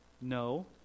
No